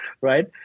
right